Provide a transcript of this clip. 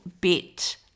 bit